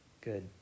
good